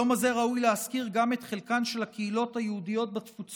ביום הזה ראוי להזכיר גם את חלקן של הקהילות היהודיות בתפוצות,